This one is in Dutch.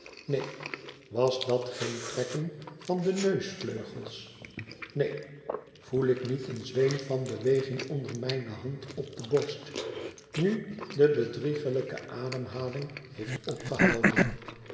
neen was dat geen trekken van de neusvleugels neen voel ik niet een zweem van beweging onder mijne hand op de borst nu de bedrieglijke ademhaling heeft opgehouden